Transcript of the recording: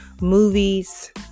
movies